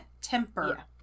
temper